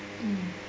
mm